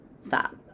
stop